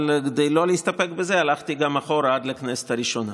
אבל כדי לא להסתפק בזה הלכתי גם אחורה עד לכנסת הראשונה.